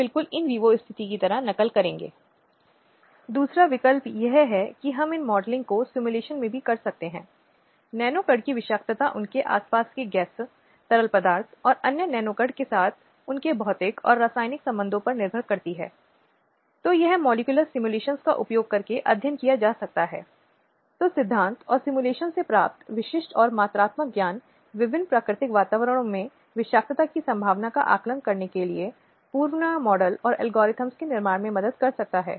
अतः इसलिए ऐसा है कि इन गैर सरकारी संगठनों ने लैंगिक समानता के संघर्ष में एक प्रमुख भूमिका निभाई है और उन्होंने सार्वजनिक विरोध प्रदर्शनों का आयोजन किया है और जनता की राय जुटाई है और विभिन्न परिवर्तनों को पेश करने या सरकार को दिखाने के लिए सरकार का ध्यान आकर्षित करने का प्रयास किया है